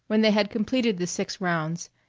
when they had completed the six rounds,